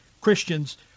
Christians